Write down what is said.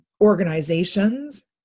organizations